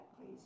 please